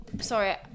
Sorry